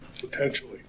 Potentially